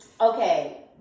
Okay